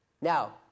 Now